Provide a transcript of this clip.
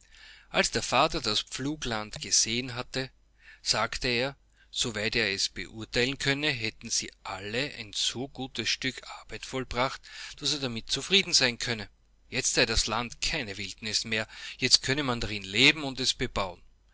als der vater das pflugland gesehen hatte sagte er soweit er es beurteilen könne hätten sie alle ein so gutes stück arbeit vollbracht daß er damit zufriedenseinkönne jetztseidaslandkeinewildnismehr jetztkönneman darin leben und es bebauen